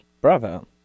Bravo